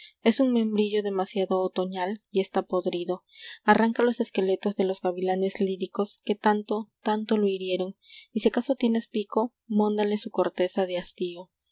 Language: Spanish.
es un membrillo demasiado otoñal y está podrido arranca los esqueletos de los gavilanes líricos que tanto tanto lo hirieron y si acaso tienes pico móndale su corteza de hastío